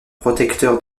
protecteur